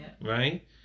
right